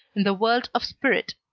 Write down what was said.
in the world of spirit.